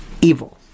evil